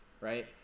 right